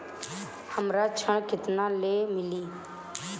हमरा ऋण केतना ले मिली?